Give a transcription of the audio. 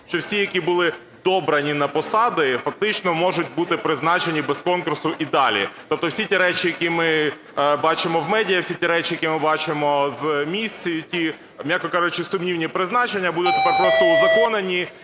що всі, які були добрані на посади, фактично можуть бути призначені без конкурсу і далі? Тобто всі ті речі, які ми бачимо в медіа, всі ті речі, які ми бачимо з місць, які, м'яко кажучи, сумнівні призначення, будуть тепер просто узаконені